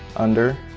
under,